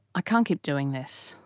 ah can't keep doing this.